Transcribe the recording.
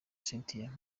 cynthia